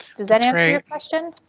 does that answer your question?